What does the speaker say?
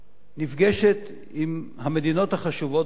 נפגשת עם המדינות החשובות בעולם,